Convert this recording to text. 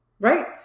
Right